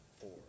four